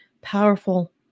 Powerful